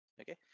Okay